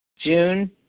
June